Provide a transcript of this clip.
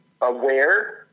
aware